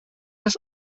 das